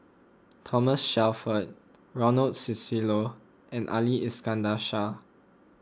Thomas Shelford Ronald Susilo and Ali Iskandar Shah